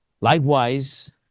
Likewise